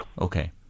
Okay